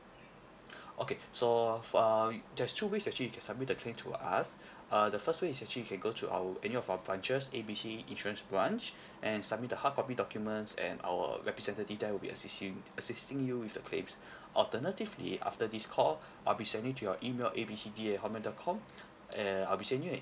okay so uh there's two ways actually you can submit the claim to us uh the first way actually you can go to our any of our branches A B C insurance branch and submit the hard copy documents and our representative there will be assist you assisting you with the claims alternatively after this call I'll be sending to your email A B C D at hotmail dot com err I'll be sending you